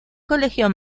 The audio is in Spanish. colegio